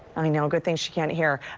i mean you know good thing she can't hear.